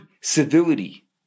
civility